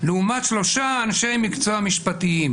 לעומת שלושה אנשי מקצוע משפטיים.